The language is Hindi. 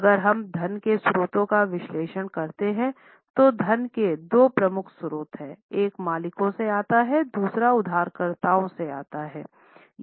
अगर हम धन के स्रोतों का विश्लेषण करते हैं तो धन के दो प्रमुख स्रोत हैं एक मालिकों से आता है दूसरा उधारदाताओं से आता है